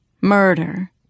murder